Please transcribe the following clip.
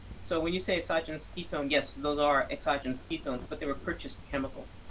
so when you say exogenous ketone, yes, those are exogenous ketones, but they were purchased chemical.